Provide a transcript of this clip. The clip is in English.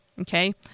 okay